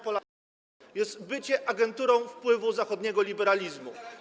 Polakom, jest bycie agenturą wpływu zachodniego liberalizmu.